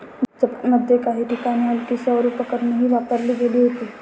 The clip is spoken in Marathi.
जपानमध्ये काही ठिकाणी हलकी सौर उपकरणेही वापरली गेली होती